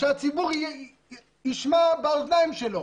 שהציבור ישמע באוזניים שלו.